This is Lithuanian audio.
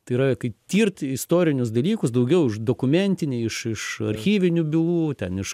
tai yra kai tirt istorinius dalykus daugiau už dokumentinį iš iš archyvinių bylų ten iš